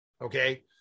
okay